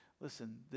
listen